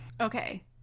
okay